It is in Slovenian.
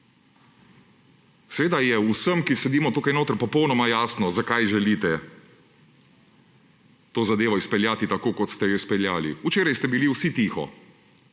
Seveda je vsem, ki sedimo tukaj notri, popolnoma jasno, zakaj želite to zadevo izpeljati tako, kot ste jo izpeljali. Včeraj ste bili vsi tiho,